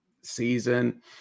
season